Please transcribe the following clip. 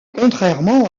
contrairement